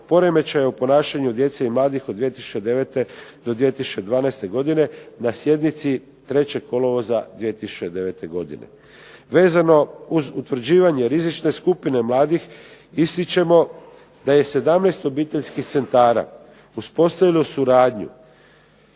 poremećaja u ponašanju djece i mladih od 2009. do 2012. godine na sjednici 3. kolovoza 2009. godine. Vezano uz utvrđivanje rizične skupine mladih ističemo da je 17 obiteljskih centara uspostavilo suradnju